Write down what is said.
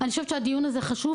אני חושבת שהדיון הזה חשוב,